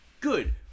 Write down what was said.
good